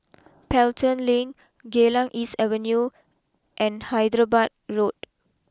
Pelton Link Geylang East Avenue and Hyderabad Road